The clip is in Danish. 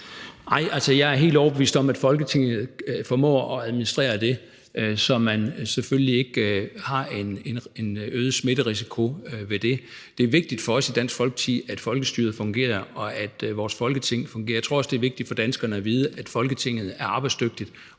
jeg er helt overbevist om, at Folketinget formår at administrere det, så man selvfølgelig ikke har en øget smitterisiko ved det. Det er vigtigt for os i Dansk Folkeparti, at folkestyret fungerer, at vores Folketing fungerer. Jeg tror også, det er vigtigt for danskerne at vide, at Folketinget er arbejdsdygtigt